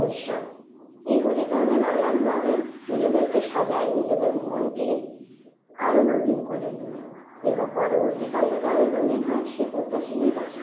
উৎসব এই হোলিতে আমরা নানান রঙে নিজেদেরকে সাজাই নিজেদের মনকে আরও রঙিন করে তুলি এবং পরবর্তীকাল যাতে আরও রঙিন হয় সেই প্রত্যাশা নিয়ে বাঁচি